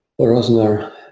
Rosner